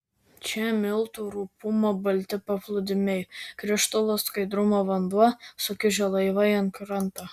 čia miltų rupumo balti paplūdimiai krištolo skaidrumo vanduo sukiužę laivai ant kranto